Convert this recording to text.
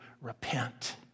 repent